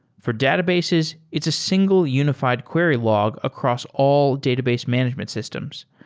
for databases, it's a single unified query log across all database management systems.